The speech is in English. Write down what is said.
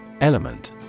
Element